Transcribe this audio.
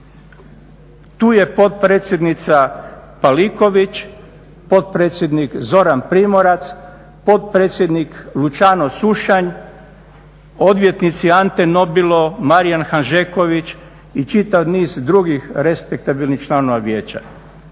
Tu je potpredsjednica Paliković, potpredsjednik Zoran Primorac, potpredsjednik Lučano Sušanj, odvjetnici Ante Nobilo, Marijan Hanžeković i čitav niz drugih respektabilnih članova vijeća.